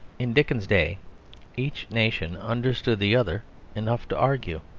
in dickens's day each nation understood the other enough to argue.